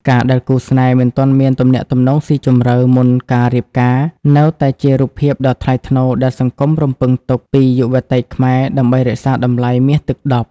ការដែលគូស្នេហ៍ "មិនទាន់មានទំនាក់ទំនងស៊ីជម្រៅ" មុនការរៀបការ នៅតែជារូបភាពដ៏ថ្លៃថ្នូរដែលសង្គមរំពឹងទុកពីយុវតីខ្មែរដើម្បីរក្សាតម្លៃមាសទឹកដប់។